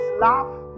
love